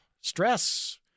stress